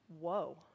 Whoa